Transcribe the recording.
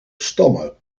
stammen